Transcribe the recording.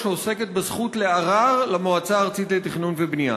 העוסקת בזכות לערר למועצה הארצית לתכנון ובנייה.